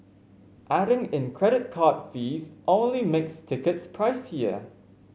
adding in credit card fees only makes tickets pricier